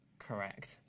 Correct